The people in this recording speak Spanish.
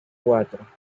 cuatro